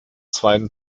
zweiten